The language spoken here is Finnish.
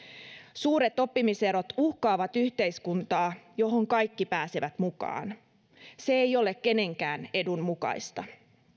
suuret oppimiserot uhkaavat yhteiskuntaa johon kaikki pääsevät mukaan se ei ole kenenkään edun mukaista